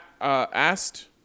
Asked